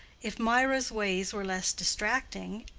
if mirah's ways were less distracting,